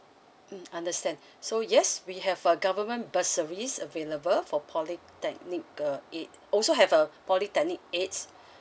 mm understand so yes we have a government bursary available for polytechnic uh aid also have uh polytechnic aids